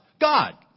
God